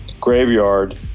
graveyard